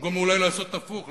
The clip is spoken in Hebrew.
במקום אולי לעשות הפוך,